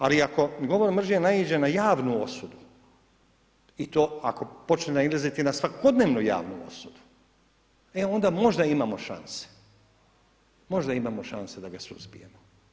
Ali, ako govor mržnje naiđe na javnu osudu i to ako počne nadilaziti na svakodnevnu javnu osudu, e onda možda imamo šanse, možda imamo šanse da ga suzbijemo.